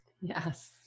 Yes